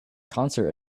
concert